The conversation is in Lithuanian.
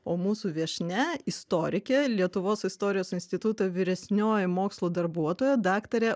o mūsų viešnia istorikė lietuvos istorijos instituto vyresnioji mokslų darbuotoja daktarė